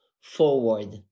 forward